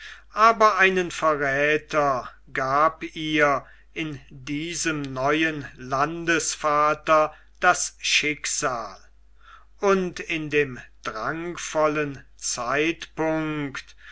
aber einen verräther gab ihr in diesem neuen landesvater das schicksal und in dem drangvollen zeitpunkt